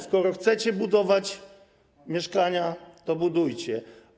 Skoro chcecie budować mieszkania, to budujcie.